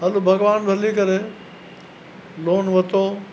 हल भॻवानु भली करे लोन वरितो